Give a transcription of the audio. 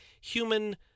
human